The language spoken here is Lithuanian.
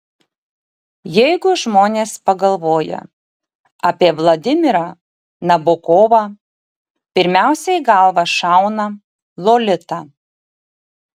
jeigu žmonės pagalvoja apie vladimirą nabokovą pirmiausia į galvą šauna lolita